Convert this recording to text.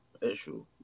issue